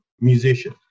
musician